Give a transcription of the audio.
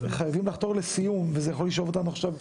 עברתי לגור עם אימא שלי כי אני לא רוצה להשאיר אותה לבד,